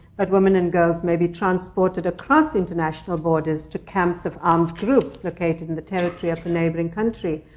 but women and girls may be transported across international borders to camps of armed groups located in the territory of the neighboring country.